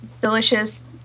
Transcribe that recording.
delicious